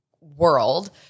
world